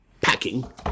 packing